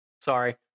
Sorry